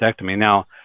Now